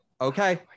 Okay